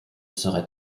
serait